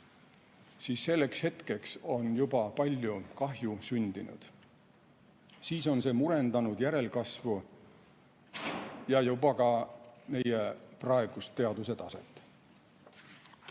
siis selleks hetkeks on juba palju kahju sündinud. Siis on see murendanud järelkasvu ja juba ka meie praegust teaduse taset.